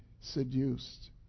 seduced